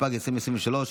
התשפ"ג 2023,